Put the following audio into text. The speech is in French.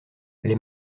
les